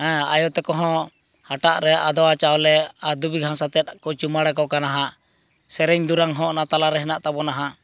ᱦᱮᱸ ᱟᱭᱚᱛᱟᱠᱚ ᱦᱚᱸ ᱦᱟᱴᱟᱜ ᱨᱮ ᱟᱫᱚᱣᱟ ᱪᱟᱣᱞᱮ ᱟᱨ ᱫᱷᱩᱵᱤ ᱜᱷᱟᱸᱥ ᱟᱛᱮᱫ ᱠᱚ ᱪᱩᱢᱟᱹᱲᱟ ᱠᱚ ᱠᱟᱱᱟ ᱦᱟᱸᱜ ᱥᱮᱨᱮᱧ ᱫᱩᱨᱟᱝ ᱦᱚᱸ ᱚᱱᱟ ᱛᱟᱞᱟᱨᱮ ᱦᱮᱱᱟᱜ ᱛᱟᱵᱚᱱᱟ ᱦᱟᱸᱜ